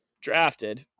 drafted